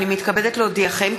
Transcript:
הנני מתכבדת להודיעכם,